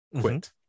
quit